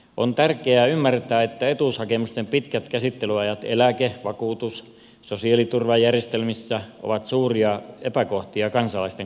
on tärkeää ymmärtää että etuushakemusten pitkät käsittely ajat eläke vakuutus sosiaaliturvajärjestelmissä ovat suuria epäkohtia kansalaisten kannalta